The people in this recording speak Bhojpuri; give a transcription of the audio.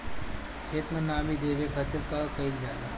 खेत के नामी देवे खातिर का कइल जाला?